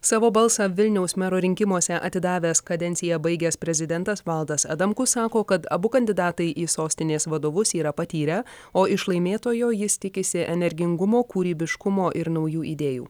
savo balsą vilniaus mero rinkimuose atidavęs kadenciją baigęs prezidentas valdas adamkus sako kad abu kandidatai į sostinės vadovus yra patyrę o iš laimėtojo jis tikisi energingumo kūrybiškumo ir naujų idėjų